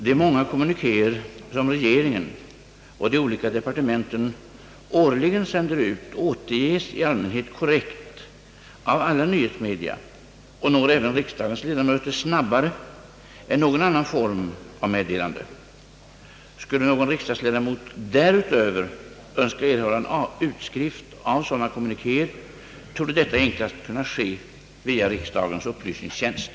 De många kommunikéer som regeringen och de olika departementen årligen sänder ut återges i allmänhet korrekt av alla nyhetsmedia och når även även riksdagens ledamöter snabbare än någon annan form av meddelande. Skulle någon riksdagsledamot därutöver önska erhålla en utskrift av sådana kommunikéer torde detta enklast kunna ske via riksdagens upplysningstjänst.